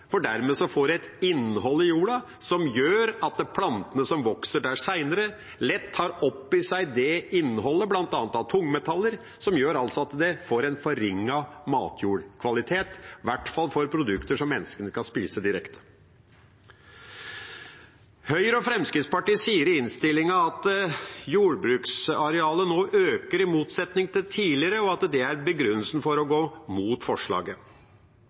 for dermed får en et innhold i jorda som gjør at plantene som vokser der senere, lett tar opp i seg det innholdet – bl.a. av tungmetaller – som gjør at en får en forringet matjordkvalitet, i hvert fall for produkter som menneskene skal spise direkte. Høyre og Fremskrittspartiet sier i innstillingen at jordbruksarealet «nå øker i motsetning til tidligere», og at det er begrunnelsen for å gå imot forslaget.